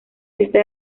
esta